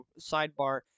sidebar